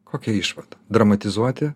kokia išvada dramatizuoti